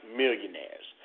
millionaires